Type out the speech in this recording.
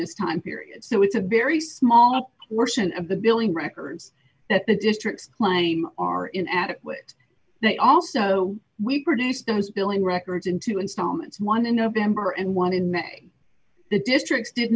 this time period so it's a very small portion of the billing records that the districts claim are in at it they also we produced those billing records in two installments one in november and one in the districts did